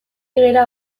gera